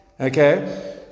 Okay